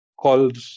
called